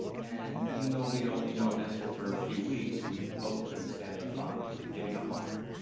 and even though we had only known esther for a few weeks, we both couldn't stand the thought of giving up on her.